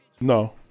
no